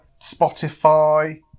Spotify